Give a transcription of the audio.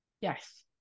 Yes